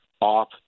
off